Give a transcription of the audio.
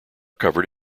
covered